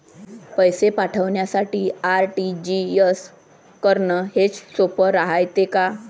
पैसे पाठवासाठी आर.टी.जी.एस करन हेच सोप रायते का?